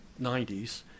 90s